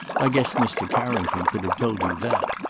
i guess mr. carrington could have told you that.